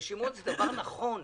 הרשימות זה דבר נכון,